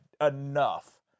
enough